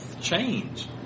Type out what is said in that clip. change